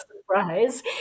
surprise